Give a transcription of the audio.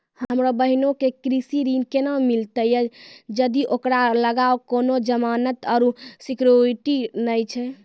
हमरो बहिनो के कृषि ऋण केना मिलतै जदि ओकरा लगां कोनो जमानत आरु सिक्योरिटी नै छै?